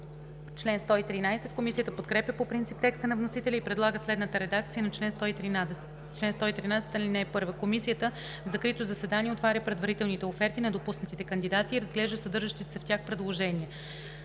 шеста.“ Комисията подкрепя по принцип текста на вносителя и предлага следната редакция на чл. 113: „Чл. 113. (1) Комисията в закрито заседание отваря предварителните оферти на допуснатите кандидати и разглежда съдържащите се в тях предложения.